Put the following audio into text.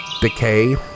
decay